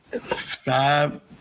five